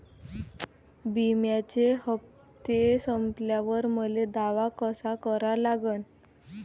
बिम्याचे हप्ते संपल्यावर मले दावा कसा करा लागन?